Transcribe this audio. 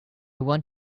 want